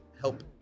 help